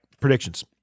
predictions